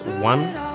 one